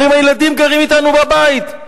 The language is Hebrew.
אומרים: הילדים גרים אתנו בבית,